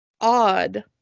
odd